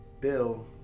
Bill